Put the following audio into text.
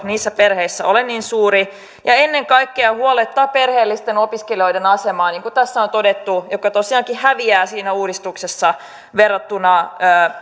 niissä perheissä niin suuria ja ennen kaikkea huolettaa perheellisten opiskelijoiden asema niin kuin tässä on todettu jotka tosiaankin häviävät siinä uudistuksessa verrattuna